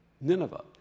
Nineveh